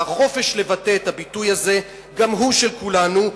והחופש לבטא את הביטוי הזה גם הוא של כולנו,